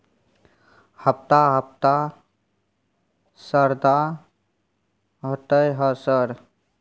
हफ्ता हफ्ता शरदा होतय है सर?